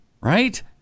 right